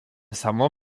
samo